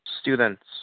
Students